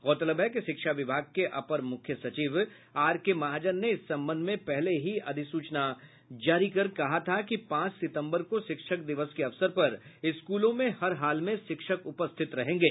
गौरतलब है कि शिक्षा विभाग के अपर मुख्य सचिव आर के महाजन ने इस संबंध में पहले ही अधिसूचना जारी कर कहा था कि पांच सितंबर को शिक्षक दिवस के अवसर पर स्कूलों में हर हाल में शिक्षक उपस्थित रहेंगे